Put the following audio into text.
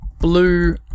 blue